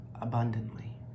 abundantly